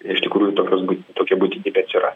iš tikrųjų tokios būt tokia būtinybė atsiras